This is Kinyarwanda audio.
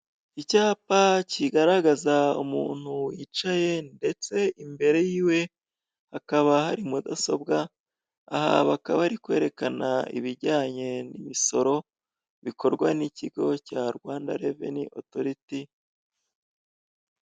Icyapa kigaragaza umuntu yicaye, ndetse imbere yiwe hakaba hari mudasobwa, aha bakaba barikwerekana ibijyanye n'imisoro bikorwa n'ikigo cya rwanda reveni otoriti.